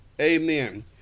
Amen